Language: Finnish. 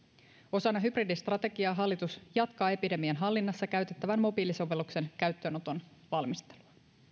osana hybridistrategiaa hallitus jatkaa epidemian hallinnassa käytettävän mobiilisovelluksen käyttöönoton valmistelua